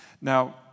Now